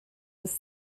was